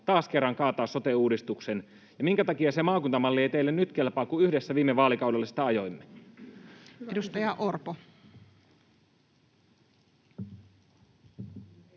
taas kerran kaataa sote-uudistuksen, ja minkä takia se maakuntamalli ei teille kelpaa nyt, kun yhdessä viime vaalikaudella sitä ajoimme? [Sari